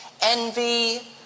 envy